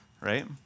right